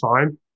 time